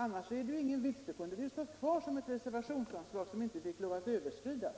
Annars kunde ju anslaget ha stått kvar som ett reservationsanslag som inte fick överskridas.